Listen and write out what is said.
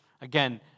Again